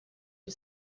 you